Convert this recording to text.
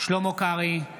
שלמה קרעי,